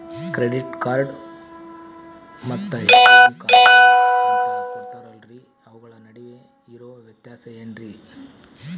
Credit card ಮತ್ತ ATM ಕಾರ್ಡುಗಳು ಅಂತಾ ಕೊಡುತ್ತಾರಲ್ರಿ ಅವುಗಳ ನಡುವೆ ಇರೋ ವ್ಯತ್ಯಾಸ ಏನ್ರಿ?